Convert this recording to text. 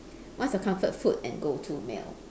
what's your comfort food and go-to meal